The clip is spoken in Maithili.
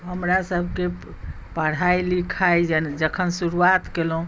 हमरासभके पढ़ाइ लिखाइ जखन शुरुआत केलहुँ